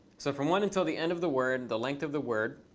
so from one until the end of the word, the length of the word,